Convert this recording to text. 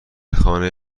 خانه